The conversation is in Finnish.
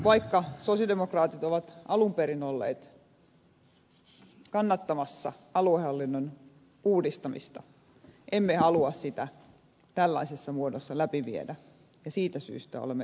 vaikka sosialidemokraatit ovat alun perin olleet kannattamassa aluehallinnon uudistamista emme halua sitä tällaisessa muodossa läpi viedä ja siitä syystä olemme esittäneet hylkäystä